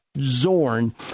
Zorn